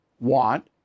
want